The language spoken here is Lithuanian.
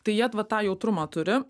tai jie vat tą jautrumą turi